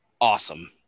Awesome